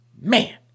Man